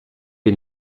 est